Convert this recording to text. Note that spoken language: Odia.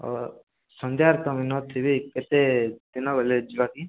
ହଉ ହଉ ସନ୍ଧ୍ୟାରେ ତ ମୁଁ ନଥିବି କେତେ ଦିନବେଳେ ଯିବାକି